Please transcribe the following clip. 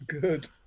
good